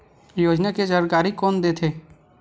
योजना के जानकारी कोन दे थे?